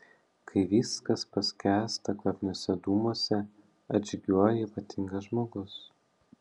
kai viskas paskęsta kvapniuose dūmuose atžygiuoja ypatingas žmogus